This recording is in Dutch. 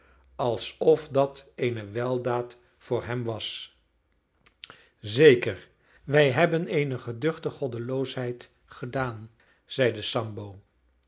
brengen alsof dat eene weldaad voor hem was zeker wij hebben eene geduchte goddeloosheid gedaan zeide sambo